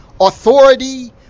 authority